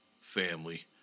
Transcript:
family